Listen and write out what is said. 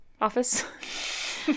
office